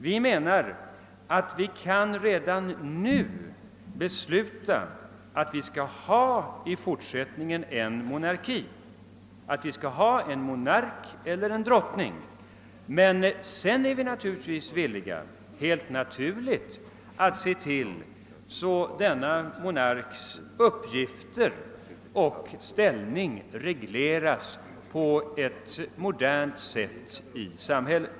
Vi menar att man redan nu kan besluta att i fortsättningen ha en monarki med en kung eller en drottning. Dessutom är vi naturligtvis villiga att tillse att monarkens uppgifter och ställning i samhället regleras på ett modernt sätt.